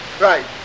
Right